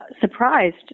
surprised